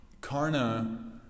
Karna